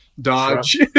Dodge